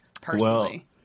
personally